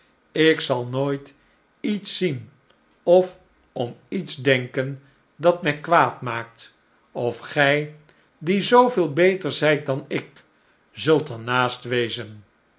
ik zal nooit iets zien of om iets denken dat mij kwaad maakt of gij die zooveel beter zijt dan ik zult er naast wezen